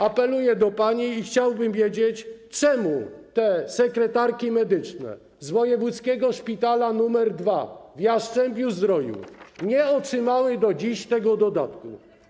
Apeluję do pani i chciałbym wiedzieć, czemu te sekretarki medyczne z Wojewódzkiego Szpitala Specjalistycznego nr 2 w Jastrzębiu-Zdroju nie otrzymały do dziś tego dodatku.